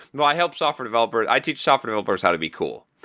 but i help software developers i teach software developers how to be cool,